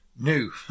new